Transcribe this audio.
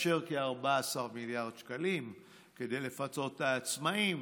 לאשר כ-14 מיליארד שקלים כדי לפצות את העצמאים,